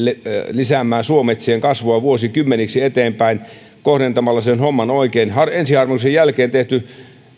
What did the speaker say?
lisäämään suometsien kasvua vuosikymmeniksi eteenpäin kohdentamalla sen homman oikein ensiharvennuksen jälkeen tehty